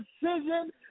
decision